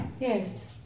Yes